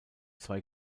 zwei